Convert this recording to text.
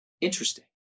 interesting